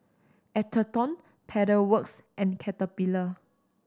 Atherton Pedal Works and Caterpillar